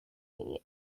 meat